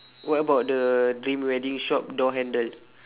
what about the dream wedding shop door handle